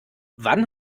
wann